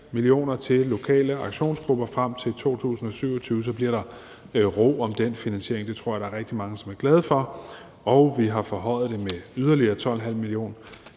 til lokale aktionsgrupper frem til 2027. Så bliver der ro omkring den finansiering, og det tror jeg at der er rigtig mange som er glade for, og vi har forhøjet det med yderligere 12,5 mio.